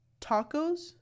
tacos